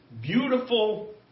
beautiful